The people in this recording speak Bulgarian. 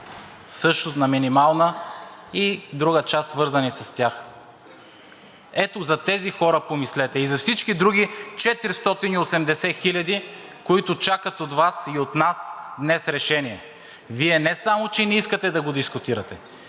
също на минимална и друга част, свързани с тях. Ето за тези хора помислете и за всички други 480 хиляди, които чакат от Вас и от нас решение днес. Вие не само че не искате да го дискутирате.